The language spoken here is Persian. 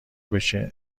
بشه